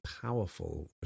powerful